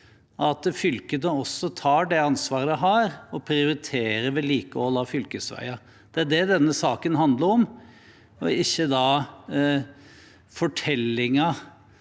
at fylkene også tar det ansvaret de har, og prioriterer vedlikehold av fylkesveier. Det er det denne saken handler om, ikke fortellingen